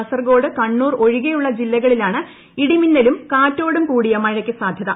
കാസറഗോഡ് കണ്ണൂർ ഒഴികെയുള്ള ജില്ലകളിലാണ് ഇടിമിന്നലും കാറ്റോടും കൂടിയ മഴയ്ക്ക് സാധ്യത